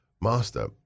Master